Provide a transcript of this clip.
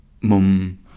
mum